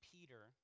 Peter